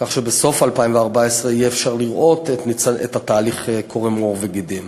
כך שבסוף 2014 יהיה אפשר לראות את התהליך קורם עור וגידים.